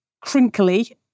crinkly